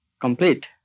complete